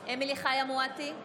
אמילי חיה מואטי,